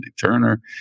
Turner